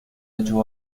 hecho